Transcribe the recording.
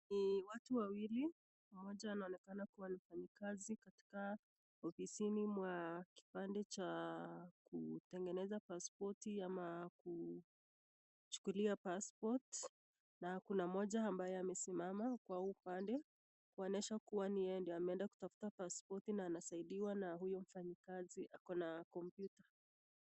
Watu wawili, mmoja anaonekana kuwa mfanyakazi katika ofisini mwa kipande cha kutengeneza paspoti ama kuchukulia passport na kuna mmoja ambaye amesimama kwa upande kuonyesha kuwa yeye ndiye ameenda kutafuta paspoti na anasaidiwa na huyo mfanyakazi, ako na kompyuta.